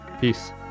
Peace